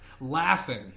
laughing